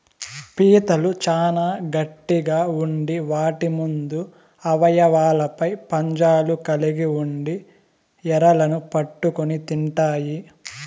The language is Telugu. పీతలు చానా గట్టిగ ఉండి వాటి ముందు అవయవాలపై పంజాలు కలిగి ఉండి ఎరలను పట్టుకొని తింటాయి